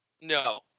No